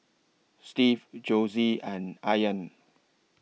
Steve Josie and Ayaan